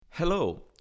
Hello